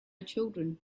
children